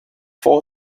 four